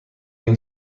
این